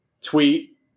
tweet